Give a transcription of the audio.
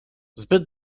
zbyt